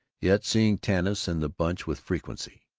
yet seeing tanis and the bunch with frequency.